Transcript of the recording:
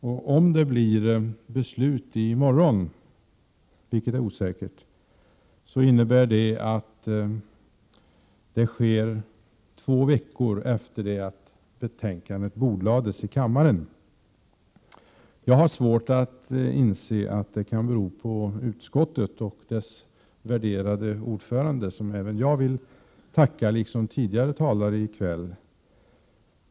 Om riksdagen fattar beslut om det i morgon, vilket är osäkert, innebär det att det sker två veckor efter det att betänkandet bordlades i kammaren. Jag har svårt att inse att detta kan bero på utskottet och dess värderade ordförande, som även jag vill tacka liksom tidigare talare i kväll.